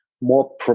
more